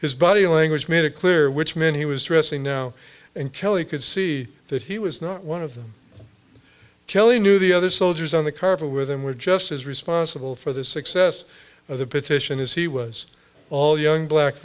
his body language made it clear which meant he was resting now and kelly could see that he was not one of them kelly knew the other soldiers on the carpet with him were just as responsible for the success of the petition is he was all young black